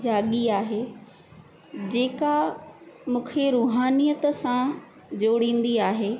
जाॻी आहे जेका मूंखे रुहानियत सां जोड़ींदी आहे